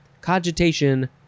cogitation